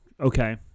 Okay